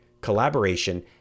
collaboration